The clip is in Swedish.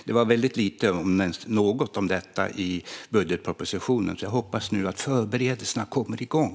Det var väldigt lite, om ens något, om detta i budgetpropositionen, så jag hoppas att förberedelserna nu kommer igång.